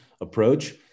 approach